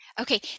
Okay